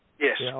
Yes